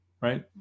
Right